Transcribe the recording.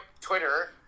Twitter